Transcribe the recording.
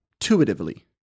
intuitively